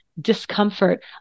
discomfort